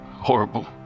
Horrible